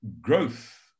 growth